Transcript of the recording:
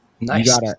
Nice